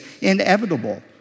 inevitable